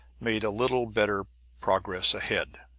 made a little better progress ahead.